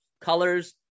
colors